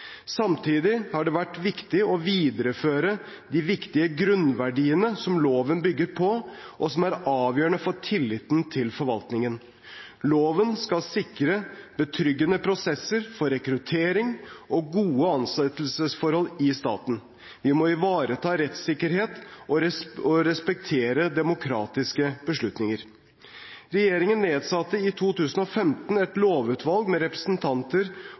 Samtidig har det vært viktig å videreføre de viktige grunnverdiene som loven bygger på, og som er avgjørende for tilliten til forvaltningen. Loven skal sikre betryggende prosesser for rekruttering og gode ansettelsesforhold i staten, vi må ivareta rettssikkerhet og respektere demokratiske beslutninger. Regjeringen nedsatte i 2015 et lovutvalg med representanter